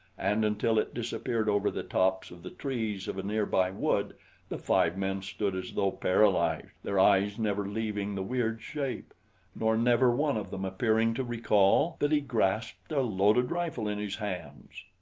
and until it disappeared over the tops of the trees of a near-by wood the five men stood as though paralyzed, their eyes never leaving the weird shape nor never one of them appearing to recall that he grasped a loaded rifle in his hands.